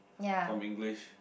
from English